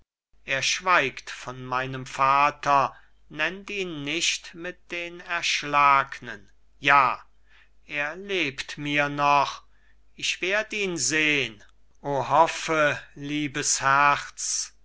er schweigt von meinem vater nennt ihn nicht mit den erschlagnen ja er lebt mir noch ich werd ihn sehn o hoffe liebes herz